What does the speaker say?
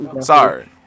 Sorry